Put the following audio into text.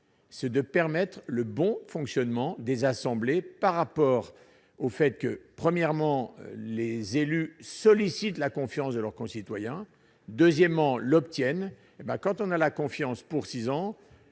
c'est de permettre le bon fonctionnement des assemblées par rapport au fait que, premièrement, les élus sollicitent la confiance de leurs concitoyens, deuxièmement l'obtienne hé ben quand on a la confiance pour 6 ans,